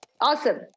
Awesome